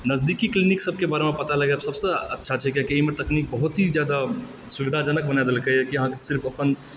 नजदीकी क्लिनिक सभकऽ बारेमऽ पता लगायब सभसे अच्छा छै किआकि एहिमऽ तकनीक बहुत ही ज्यादा सुविधाजनक बना देलक हँ कि अहाँकऽ सिर्फ अपन